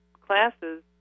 classes